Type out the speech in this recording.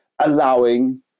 allowing